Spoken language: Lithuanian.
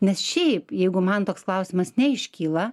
nes šiaip jeigu man toks klausimas neiškyla